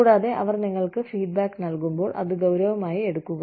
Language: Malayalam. കൂടാതെ അവർ നിങ്ങൾക്ക് ഫീഡ്ബാക്ക് നൽകുമ്പോൾ അത് ഗൌരവമായി എടുക്കുക